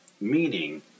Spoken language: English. meaning